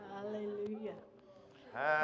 Hallelujah